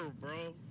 bro